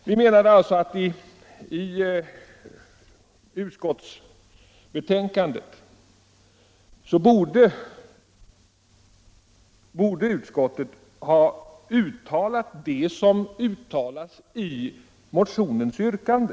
Vi menar alltså att utskottet i sitt betänkande borde ha uttalat det som uttalas i motionens yrkande.